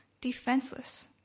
defenseless